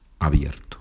abierto